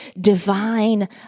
divine